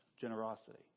generosity